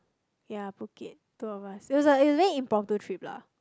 ya Phuket two of us it was a it was very impromptu trip lah